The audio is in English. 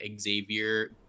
Xavier